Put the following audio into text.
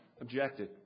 objected